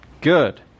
good